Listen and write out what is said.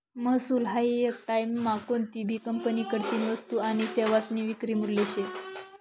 महसूल हायी येक टाईममा कोनतीभी कंपनीकडतीन वस्तू आनी सेवासनी विक्री मूल्य शे